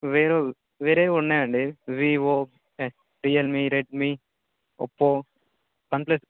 వేరు వేరేవి ఉన్నాయండి Vivo Realme Redmi Oppo OnePlus